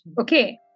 Okay